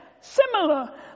Similar